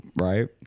right